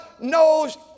knows